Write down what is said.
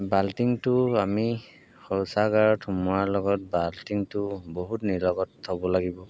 বাল্টিংটো আমি শৌচাগাৰত সোমোৱাৰ লগত বাল্টিংটো বহুত নিলগত থ'ব লাগিব